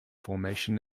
formation